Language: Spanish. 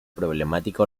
problemática